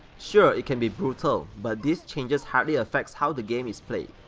sure it can be brutal, but these changes hardly affects how the game is played,